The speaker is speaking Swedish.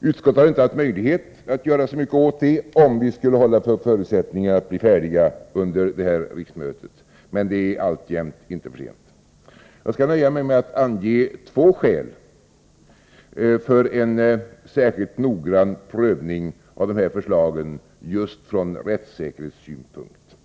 Inom utskottet har vi inte haft möjlighet att göra så mycket åt saken, om vi skulle hålla på förutsättningen att bli färdiga under det här riksmötet. Men det är alltjämt inte för sent. Jag skall nöja mig med att ange två skäl för en särskilt noggrann prövning av de här förslagen just från rättssäkerhetssynpunkt.